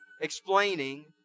explaining